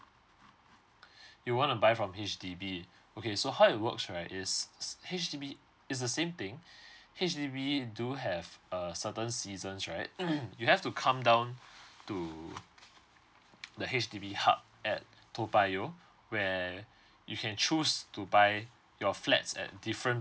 you wanna buy from H_D_B okay so how it works right is H_D_B it's the same thing H_D_B do have a certain seasons right you have to come down to the H_D_B hub at toa payoh where you can choose to buy your flats at different